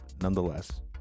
nonetheless